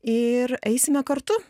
ir eisime kartu